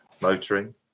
motoring